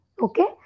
Okay